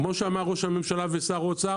כמו שאמרו ראש הממשלה ושר האוצר